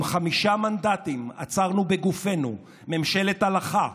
עם חמישה מנדטים עצרנו בגופנו ממשלת הלכה,